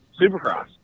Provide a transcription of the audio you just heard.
Supercross